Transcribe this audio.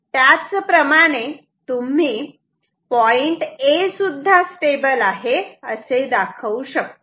त्याचप्रमाणे तुम्ही point A सुद्धा स्टेबल आहे असे दाखवू शकतात